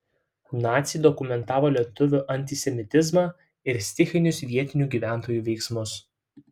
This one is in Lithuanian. naciai dokumentavo lietuvių antisemitizmą ir stichinius vietinių gyventojų veiksmus